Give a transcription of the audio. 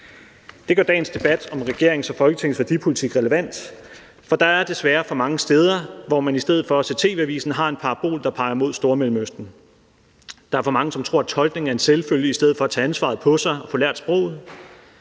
Det gør dagens debat om regeringens og Folketingets værdipolitik relevant, for der er desværre for mange steder, hvor man i stedet for at se TV-Avisen har en parabol, der peger mod Stormellemøsten. Der er for mange, som tror, at tolkning er en selvfølge, i stedet for at tage ansvaret på sig og få lært sproget.